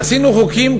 עשינו חוקים,